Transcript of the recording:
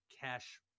Cash